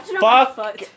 Fuck